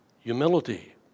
Humility